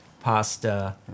pasta